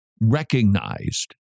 recognized